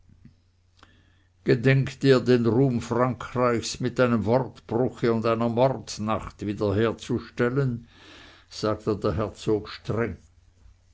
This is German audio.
gedenkt ihr den ruhm frankreichs mit einem wortbruche und einer mordnacht wiederherzustellen sagte der herzog streng